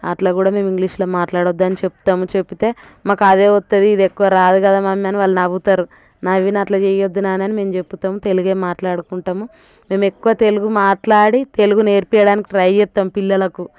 అలా కూడా మేము ఇంగ్లీష్లో మాట్లాడొద్దని చెప్తాము చెప్తే మాకదే వస్తుంది ఇది ఎక్కువ రాదు కదా మమ్మీ అని వాళ్ళు నవ్వుతారు నవ్వినా అలా చెయ్యొద్దు నాన్న అని మేము చెప్తాము తెలుగే మాట్లాడుకుంటాము మేమెక్కువ తెలుగు మాట్లాడి తెలుగు నేర్పించడానికి ట్రై చేస్తాము పిల్లలకు